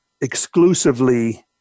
exclusively